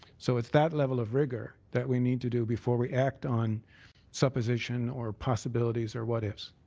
so it's that level of rigor that we need to do before we act on supposition or possibilities or what-ifs.